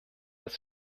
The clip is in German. das